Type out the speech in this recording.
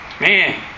Man